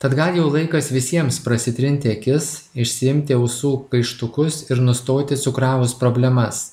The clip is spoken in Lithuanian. tad gal jau laikas visiems prasitrinti akis išsiimti ausų kaištukus ir nustoti cukravus problemas